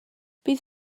bydd